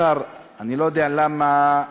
כבוד השר, אני לא יודע למה כבודך,